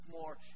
more